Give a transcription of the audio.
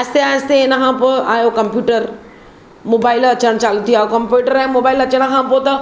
आस्ते आस्ते हिन खां पोइ आयो कंप्यूटर मोबाइल अचणु चालू थी विया कंप्यूटर ऐं मोबाइल अचण खां पोइ त